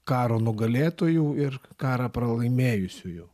karo nugalėtojų ir karą pralaimėjusiųjų